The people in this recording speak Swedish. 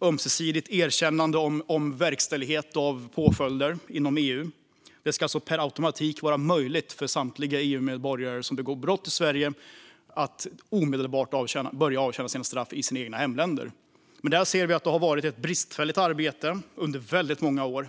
ömsesidigt erkännande och verkställighet av påföljder inom EU. Det ska alltså per automatik vara möjligt för samtliga EU-medborgare som begår brott i Sverige att omedelbart börja avtjäna sina straff i sina hemländer. Men där ser vi att det har varit ett bristfälligt arbete under väldigt många år.